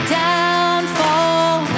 downfall